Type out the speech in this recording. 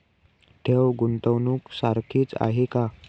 ठेव, गुंतवणूक सारखीच आहे का?